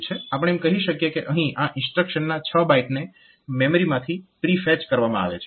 આપણે એમ કહી શકીએ કે અહીં આ ઇન્સ્ટ્રક્શન્સના 6 બાઈટને મેમરીમાંથી પ્રી ફેચ કરવામાં આવે છે